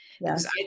yes